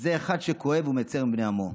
זה אחד שכואב ומצר עם בני עמו.